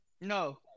No